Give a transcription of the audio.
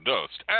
Dust